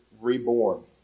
reborn